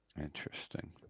Interesting